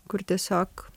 kur tiesiog